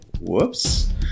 Whoops